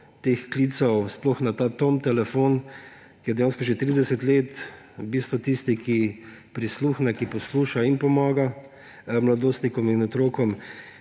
teh klicev sploh na ta Tom telefon, ki je dejansko že 30 let v bistvu tisti, ki prisluhne, ki posluša in pomaga mladostnikom in otrokom.